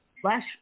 flash